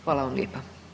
Hvala vam lijepa.